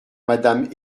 madame